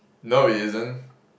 no it isn't